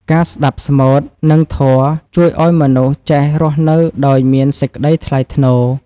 ការស្ដាប់ស្មូត និងធម៌ជួយឱ្យមនុស្សចេះរស់នៅដោយមានសេចក្ដីថ្លៃថ្នូរ។